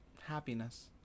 happiness